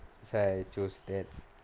I choose that